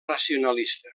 racionalista